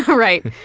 right.